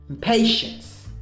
patience